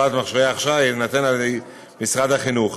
מכשירי ההחייאה יינתן על ידי משרד החינוך.